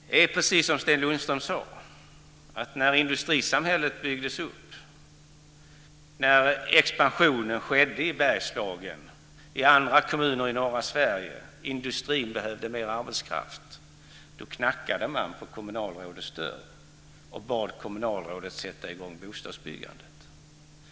Det är precis som Sten Lundström sade - när industrisamhället byggdes upp, när expansionen skedde i Bergslagen och i andra kommuner i norra Sverige och industrin behövde mer arbetskraft så knackade man på kommunalrådets dörr och bad kommunalrådet sätta i gång bostadsbyggandet.